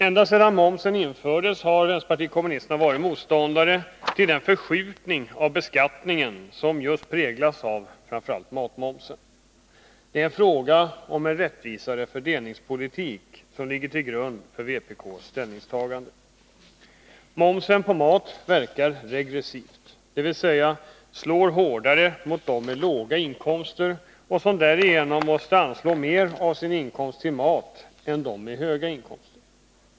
Ända sedan momsen infördes har vpk varit motståndare till den förskjutning av beskattningen som präglas av just matmomsen. Det är en önskan om en rättvisare fördelningspolitik som ligger till grund för vpk:s ställningstagande. Momsen på mat verkar regressivt, dvs. slår hårdare mot dem med låga inkomster och som därigenom måste anslå mer av sin inkomst till mat än de med höga inkomster.